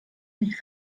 mich